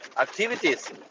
activities